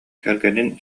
кэргэнин